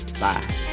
Bye